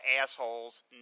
assholes